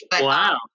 Wow